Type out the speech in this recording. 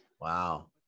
Wow